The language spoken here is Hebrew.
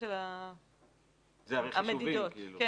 זה חישובי.